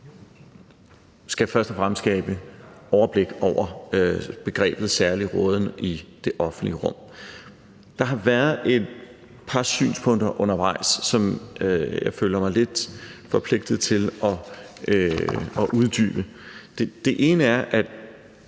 skal først og fremmest skabe overblik over begrebet særlig råden i det offentlige rum. Der var været et par synspunkter undervejs, som jeg føler mig lidt forpligtet til at uddybe. Det ene er, at